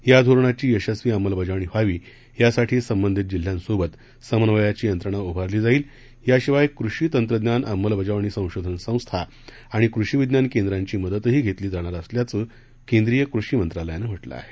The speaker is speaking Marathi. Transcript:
या धोरणाची यशस्वी अंमलबजावणी व्हावी यासाठी संबंधित जिल्ह्यांसोबत समन्वयाची यंत्रणा उभारली जाईल याशिवाय कृषी तंत्रज्ञान अंमलबजावणी संशोधन संस्था आणि कृषी विज्ञान केंद्रांची मदतही घेतली जाणार असल्याचं केंद्रीय कृषी मंत्रालयानं म्हटलं आहे